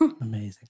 Amazing